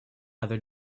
other